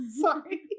Sorry